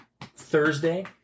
Thursday